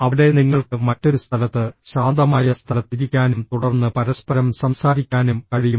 അവിടെ നിങ്ങൾക്ക് മറ്റൊരു സ്ഥലത്ത് ശാന്തമായ സ്ഥലത്ത് ഇരിക്കാനും തുടർന്ന് പരസ്പരം സംസാരിക്കാനും കഴിയും